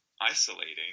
isolating